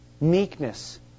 meekness